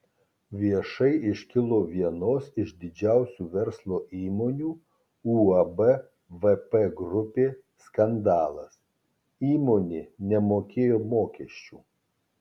viešai iškilo vienos iš didžiausių verslo įmonių uab vp grupė skandalas įmonė nemokėjo mokesčių